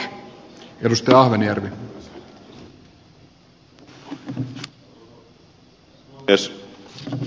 arvoisa puhemies